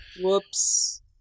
Whoops